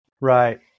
Right